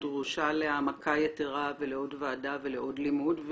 דרושה עליה העמקה יתרה ולעוד ועדה ולעוד לימוד.